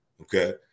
okay